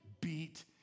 beat